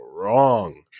wrong